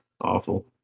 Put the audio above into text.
Awful